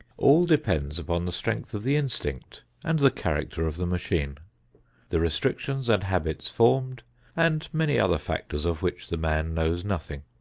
all depends upon the strength of the instinct and the character of the machine the restrictions and habits formed and many other factors of which the man knows nothing.